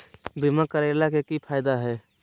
बीमा करैला के की फायदा है?